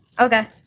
Okay